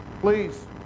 Please